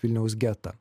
vilniaus getą